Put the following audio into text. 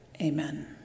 amen